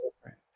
different